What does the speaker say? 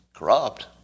corrupt